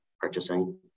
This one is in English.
purchasing